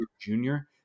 junior